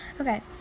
Okay